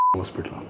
hospital